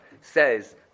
says